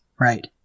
Right